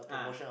ah